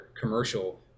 commercial